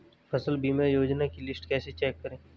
फसल बीमा योजना की लिस्ट कैसे चेक करें?